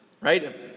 right